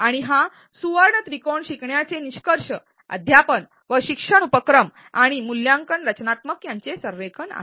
आणि हा सुवर्ण त्रिकोण शिकण्याचे निष्कर्ष अध्यापन व शिक्षण उपक्रम आणि मूल्यांकन रचनात्मक यांचे संरेखन आहे